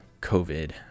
COVID